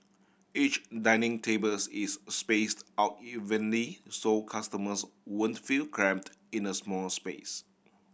each dining tables is spaced out evenly so customers won't feel cramped in a small space